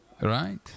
Right